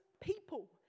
people